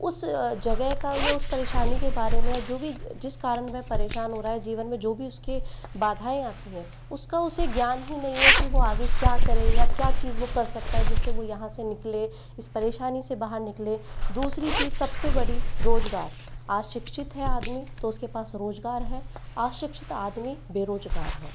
उस जगह का या उस परेशानी के बारे में जो भी जिस कारण वह परेशान हो रहा है जीवन में जो भी उसके बाधाएं आती हैं उसका उसे ज्ञान ही नहीं है कि वो आगे क्या करेगा क्या चीज वो कर सकता है जिससे वो यहाँ से निकले इस परेशानी से बाहर निकले दूसरी चीज़ सबसे बड़ी रोजगार शिक्षित है आज आदमी तो उसके पास रोजगार है अशिक्षित आदमी बेरोजगार है